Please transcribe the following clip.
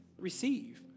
receive